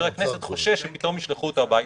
הכנסת חושש שפתאום ישלחו אותו הביתה.